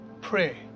pray